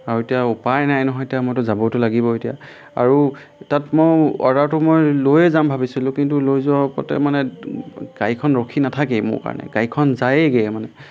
আৰু এতিয়া উপায় নাই নহয় এতিয়া মইতো যাবতো লাগিবই এতিয়া আৰু তাত মই অৰ্ডাৰটো মই লৈয়ে যাম ভাবিছিলোঁ কিন্তু লৈ যোৱাৰ ওপৰতে মানে গাড়ীখন ৰখি নাথাকেই মোৰ কাৰণে গাড়ীখন যায়গৈ মানে